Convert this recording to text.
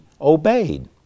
obeyed